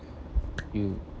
you